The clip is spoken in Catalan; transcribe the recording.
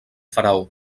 faraó